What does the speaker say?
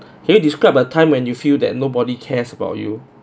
can you describe a time when you feel that nobody cares about you